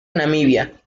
namibia